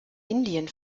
indien